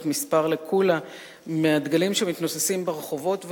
שמתנוססים ברחובות,